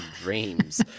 dreams